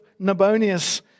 Nabonius